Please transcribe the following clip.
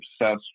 obsessed